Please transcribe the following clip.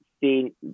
seen